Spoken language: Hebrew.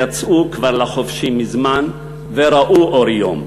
יצאו לחופשי כבר מזמן, וראו אור יום,